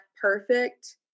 perfect